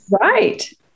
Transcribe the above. Right